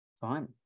Fine